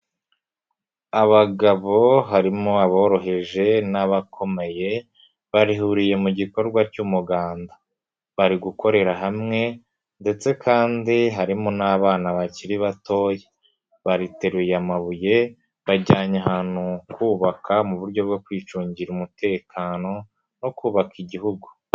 Abagabo harimo aboroheje n'abakomeye bahuriye mu gikorwa cy'umuganda bari gukorera hamwe ndetse kandi harimo n'abana bakiri bato bateruye amabuye bajyanye ahantu kubaka mu buryo bwo kwicungira umutekano no kubaka igihugu.